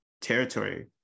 territory